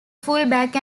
fullback